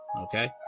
Okay